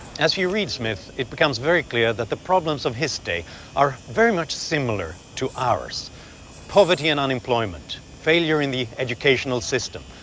as you read smith it becomes very clear that the problems of his day are very much similar to ours poverty and unemployment, failure in the educational system,